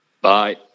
Bye